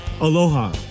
Aloha